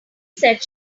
said